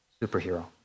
superhero